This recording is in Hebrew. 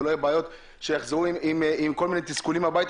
ולא יהיו בעיות שיחזרו עם כל מיני תסכולים מהבית,